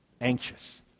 anxious